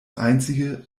einzige